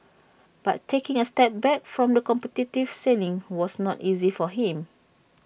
but taking A step back from the competitive sailing was not easy for him